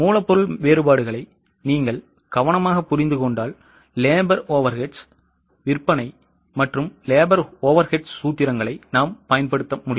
மூலப்பொருள் வேறுபாடுகளை நீங்கள் கவனமாக புரிந்து கொண்டால் labor overheads விற்பனை மற்றும் labor overhead சூத்திரங்களைப் பயன்படுத்தலாம்